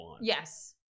yes